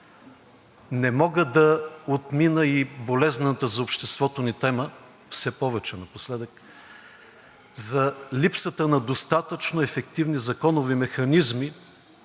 Не мога да отмина и болезнената за обществото ни тема – все повече напоследък, за липсата на достатъчно ефективни законови механизми